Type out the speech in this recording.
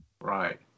Right